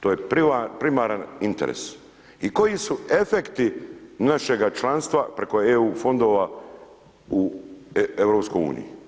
To je primaran interes i koji su efekti našega članstva preko EU fondova u EU.